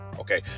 Okay